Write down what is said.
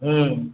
ହୁଁ